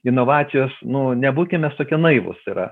inovacijos nu nebūkim mes tokie naivūs yra